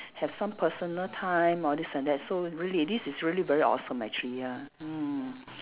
have some personal time all this and that so really this is really very awesome actually ya mm